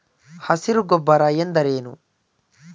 ಹಸಿರು ಗೊಬ್ಬರ ಎಂದರೇನು?